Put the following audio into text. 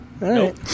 Nope